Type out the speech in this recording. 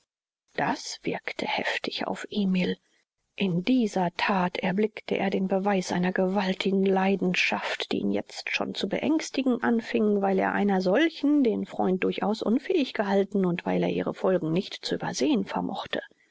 das wirkte heftig auf emil in dieser that erblickte er den beweis einer gewaltigen leidenschaft die ihn jetzt schon zu beängstigen anfing weil er einer solchen den freund durchaus unfähig gehalten und weil er ihre folgen nicht zu übersehen vermochte